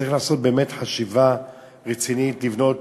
צריך לעשות באמת חשיבה רצינית ולבנות